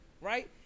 right